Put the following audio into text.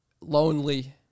lonely